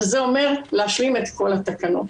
וזה אומר להשלים את כל התקנות.